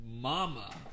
mama